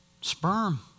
sperm